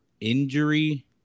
injury